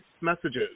messages